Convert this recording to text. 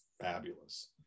fabulous